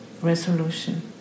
resolution